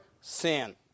sin